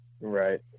Right